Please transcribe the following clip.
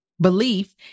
Belief